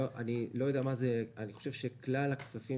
כלל הכספים